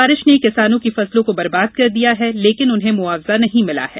बारिश ने किसानों की फसलों को बर्बाद कर दिया है लेकिन उन्हें मुआवजा नहीं मिला है